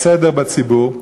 סדר בציבור,